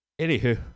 Anywho